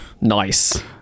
Nice